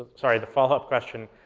sorry, the follow-up question,